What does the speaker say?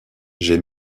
j’ai